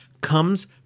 comes